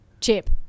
chip